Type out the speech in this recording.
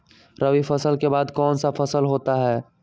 रवि फसल के बाद कौन सा फसल होता है?